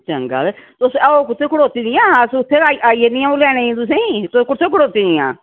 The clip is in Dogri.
चंगा ते तुस ऐ ओ कुत्थैं खड़ोती दियां अस उत्थैं गै आई जन्नीआं'ऊ लैने तुसेंगी तुस कुत्थैं खड़ोती दियां